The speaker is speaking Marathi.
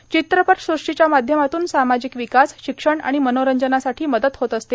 र्चित्रपटसृष्टांच्या माध्यमातून सामाजिक र्वकास शिक्षण आर्मण मनोरंजनासाठी मदत होत असते